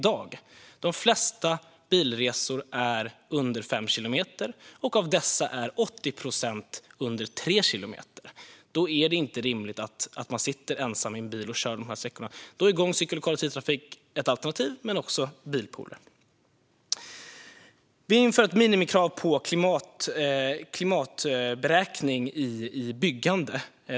De flesta bilresor är under fem kilometer, och av dessa är 80 procent under tre kilometer. Det är inte rimligt att man sitter ensam i en bil och kör dessa sträckor. Gång, cykel och kollektivtrafik är alternativ, men också bilpooler. Vi inför ett minimikrav för klimatberäkning vid byggande.